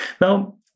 Now